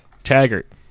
Taggart